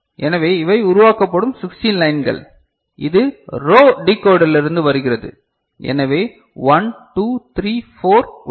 எனவே இவை உருவாக்கப்படும் 16 லைன்கள் இது ரோ டிகோடரிலிருந்து வருகிறது எனவே 1 2 3 4 உள்ளன